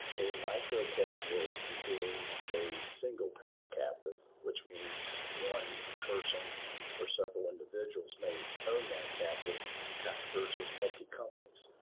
a micro-captive is a single parent captive, which means one person or several individuals may own that captive kind of versus multi companies.